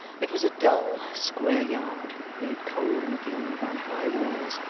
it was a dull, square yard, made cold and gloomy by high walls,